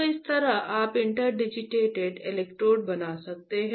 तो इस तरह आप इंटरडिजिटेटेड इलेक्ट्रोड बना सकते हैं